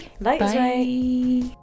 Bye